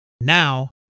Now